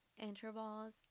intervals